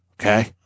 okay